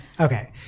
okay